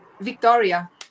Victoria